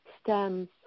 stems